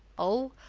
oh,